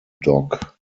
dock